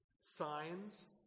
signs